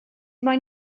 moyn